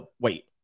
wait